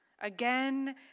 Again